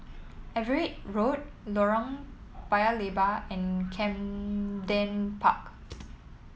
Everitt Road Lorong Paya Lebar and Camden Park